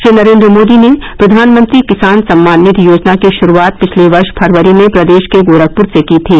श्री नरेन्द्र मोदी ने प्रधानमंत्री किसान सम्मान निधि योजना की शुरूआत पिछले वर्ष फरवरी में प्रदेश के गोरखपुर से की थी